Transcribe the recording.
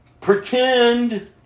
Pretend